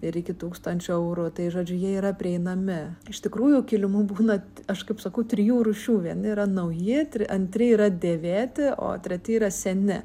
ir iki tūkstančio eurų tai žodžiu jie yra prieinami iš tikrųjų kilimų būna aš kaip sakau trijų rūšių vieni yra nauji antr antri yra dėvėti o treti yra seni